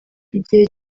igihe